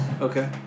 Okay